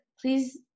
please